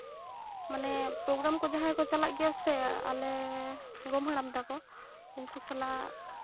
ᱢᱟᱱᱮ ᱯᱨᱚᱜᱨᱟᱢ ᱠᱚ ᱡᱟᱦᱟᱸᱭ ᱠᱚ ᱪᱟᱞᱟᱜ ᱜᱮᱭᱟ ᱥᱮ ᱟᱞᱮ ᱜᱚᱲᱚᱢ ᱦᱟᱲᱟᱢ ᱛᱟᱠᱚ ᱩᱱᱠᱩ ᱥᱟᱞᱟᱜ